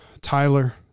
Tyler